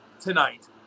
tonight